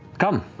come,